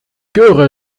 göre